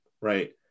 right